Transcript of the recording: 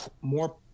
more